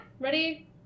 Ready